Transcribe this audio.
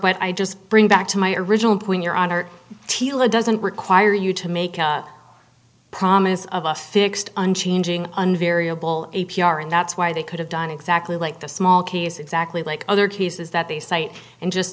but i just bring back to my original point your honor teela doesn't require you to make a promise of us fixed unchanging and variable a p r and that's why they could have done exactly like the small case exactly like other cases that they cite and just